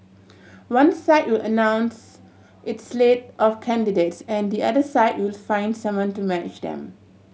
one side will announce its slate of candidates and the other side will find someone to match them